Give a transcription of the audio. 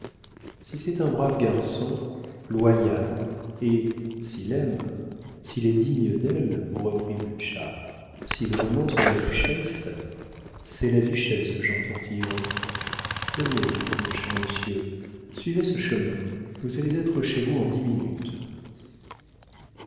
si c'est un brave garçon loyal et s'il aime s'il est digne d'elle reprit butscha s'il renonce à la duchesse c'est la duchesse que j'entortillerai tenez mon cher monsieur suivez ce chemin vous allez être chez vous en dix minutes